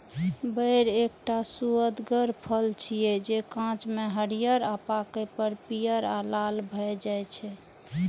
बेर एकटा सुअदगर फल छियै, जे कांच मे हरियर आ पाके पर पीयर आ लाल भए जाइ छै